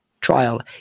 trial